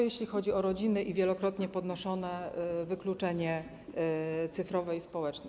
Jeśli chodzi o rodziny i wielokrotnie podnoszone wykluczenie cyfrowe i społeczne.